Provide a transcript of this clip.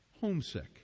Homesick